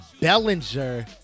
Bellinger